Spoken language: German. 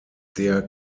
der